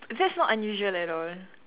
that's not unusual at all